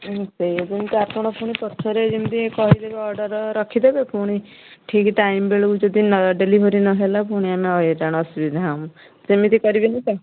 ସେଇଯୋଗୁଁ ରୁ ତ ଆପଣ ପୁଣି ପଛରେ ଯେମିତି କହିଦେବେ ଅର୍ଡ଼ର ରଖିଦେବେ ପୁଣି ଠିକ୍ ଟାଇମ୍ ବେଳକୁ ଯଦି ଡେଲିଭେରି ନହେଲା ପୁଣି ଆମେ ହଇରାଣ ଅସୁବିଧା ହେବୁ ସେମିତି କରିବେନି ତ